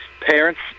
parents